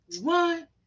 One